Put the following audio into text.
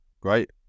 Great